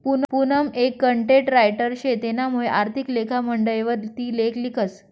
पूनम एक content writer शे तेनामुये आर्थिक लेखा मंडयवर ती लेख लिखस